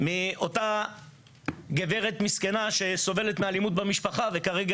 מאותה גברת מסכנה שסובלת מאלימות במשפחה וכרגע